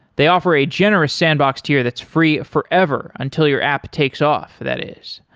they offer a generous sandbox tier that's free forever until your app takes off, that is.